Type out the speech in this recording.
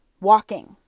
walking